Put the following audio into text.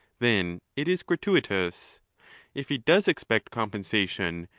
then it is gratuitous if he does expect compensation,